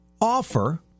offer